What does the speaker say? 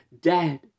dead